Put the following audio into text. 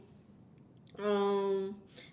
um